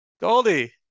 Goldie